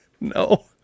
No